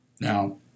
Now